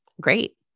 Great